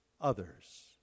Others